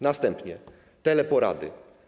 Następnie teleporady.